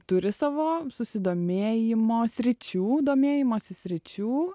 turi savo susidomėjimo sričių domėjimosi sričių